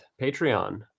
Patreon